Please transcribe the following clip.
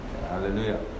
Hallelujah